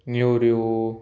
नेवऱ्यो